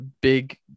big